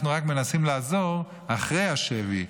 אנחנו מנסים לעזור אחרי השבי,